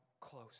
close